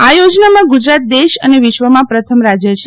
આ યોજનામાં ગુજરાત દેશ અને વિશ્વમાં પ્રથમ રાજ્ય છે